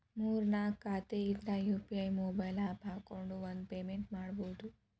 ಮೂರ್ ನಾಕ್ ಖಾತೆ ಇದ್ರ ಯು.ಪಿ.ಐ ಮೊಬೈಲ್ ಆಪ್ ಹಾಕೊಂಡ್ ಒಂದ ಪೇಮೆಂಟ್ ಮಾಡುದು